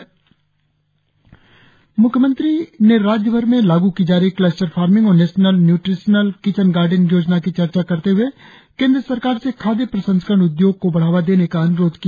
म्ख्यमंत्री ने राज्यभर में लागू की जा रही क्लस्टर फार्मिंग और नेशनल न्यूट्रिशनल किचन गार्डन योजना की चर्चा करते हुए केंद्र सरकार से खाद्य प्रसंस्करण उद्योग को बढ़ावा देने का अन्रोध किया